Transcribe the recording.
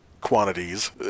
quantities